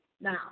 Now